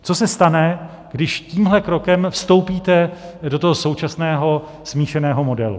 Co se stane, když tímhle krokem vstoupíte do současného smíšeného modelu?